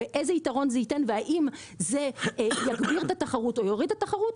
איזה יתרון זה ייתן והאם זה יגביר את התחרות או יוריד את התחרות,